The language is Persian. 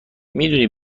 میدونی